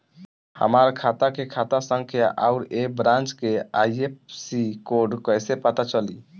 हमार खाता के खाता संख्या आउर ए ब्रांच के आई.एफ.एस.सी कोड कैसे पता चली?